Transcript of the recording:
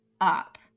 up